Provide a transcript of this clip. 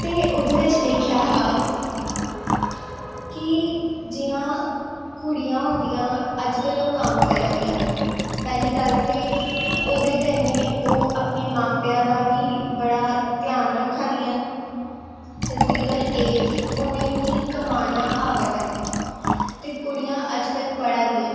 ते ओह्दे बिच्च लिखेआ हा कि जियां कुड़ियां होंदियां अज्ज कल ओह् कम्म करा दियां न पैह्ली गल्ल ते ओह्दे कन्नै ओह् अपनें मां प्यां दा बी बड़ा ध्यान रक्खा दियां न ते दूई गल्ल एह् कि उनेंगी कमाना अवा दा ऐ ते कुड़ियां अज्ज कल पढ़ा दियां न